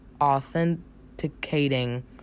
authenticating